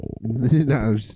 no